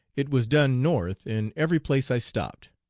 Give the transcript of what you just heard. it was done north in every place i stopped.